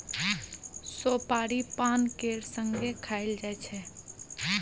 सोपारी पान केर संगे खाएल जाइ छै